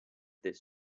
this